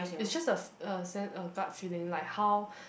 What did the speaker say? it's just a a sense a gut feeling like how